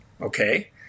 Okay